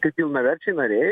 kai pilnaverčiai nariai